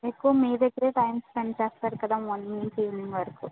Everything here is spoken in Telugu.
ఎక్కువ మీ దగ్గరే టైం స్పెండ్ చేస్తాడు కదా మార్నింగ్ నుంచి ఈవినింగ్ వరకు